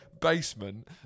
basement